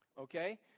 Okay